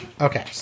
Okay